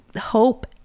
hope